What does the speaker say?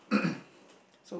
so